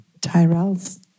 Tyrell's